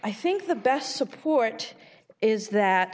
i think the best support is that